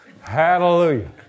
Hallelujah